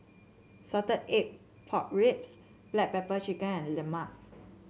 Salted Egg Pork Ribs Black Pepper Chicken and lemang